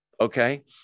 okay